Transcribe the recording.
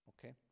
okay